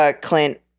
Clint